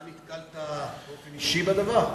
נתקלת באופן אישי בדבר?